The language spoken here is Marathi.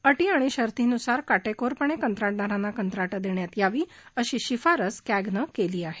अटी आणि शर्तीनुसार काटेकोरपणे कंत्राटदारांना कंत्राट देण्यात यावा अशी शिफारस कॅगनं केली आहे